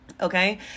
Okay